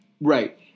Right